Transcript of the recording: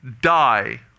die